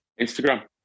Instagram